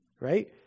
right